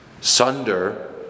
Sunder